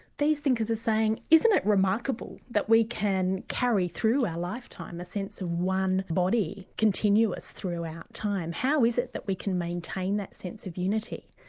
these thinkers are saying, isn't it remarkable that we can carry through our lifetime a sense of one body, continuous throughout time. how is it that we can maintain that sense of unity?